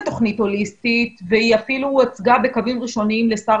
תוכנית הוליסטית והיא אפילו הוצגה בקווים ראשוניים לשר